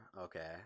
okay